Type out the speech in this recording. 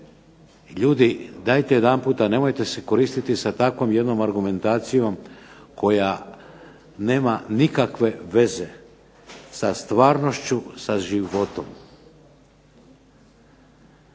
Ljudi dajte jedanputa nemojte se koristiti s jednom takvom argumentacijom koja nema nikakve veze sa stvarnošću, sa životom.